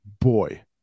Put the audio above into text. boy